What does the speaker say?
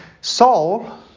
Saul